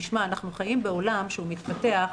אנחנו חיים בעולם שהוא מתפתח,